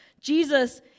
Jesus